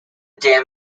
dam